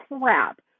crap